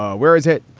ah whereas it